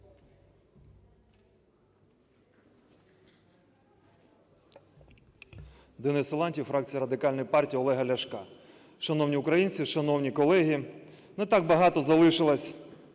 Денис Силантьєв, фракція Радикальна партія Олега Ляшка. Шановні українці, шановні колеги! Не так багато залишилось